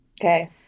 Okay